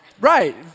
right